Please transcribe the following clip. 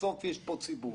בסוף יש פה ציבור